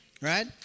Right